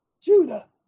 Judah